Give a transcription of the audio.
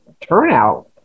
turnout